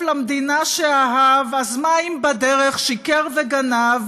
למדינה שאהב / אז מה אם בדרך שיקר וגנב /